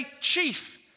chief